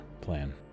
plan